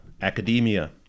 Academia